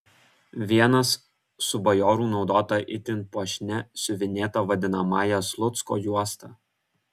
vienas su bajorų naudota itin puošnia siuvinėta vadinamąja slucko juosta